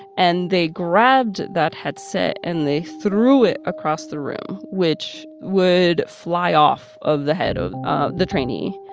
and they grabbed that headset and they threw it across the room, which would fly off of the head of ah the trainee.